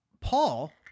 Paul